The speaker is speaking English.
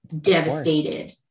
devastated